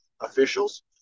officials